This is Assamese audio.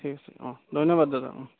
ঠিক আছে অঁ ধন্যবাদ দাদা অঁ